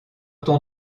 ton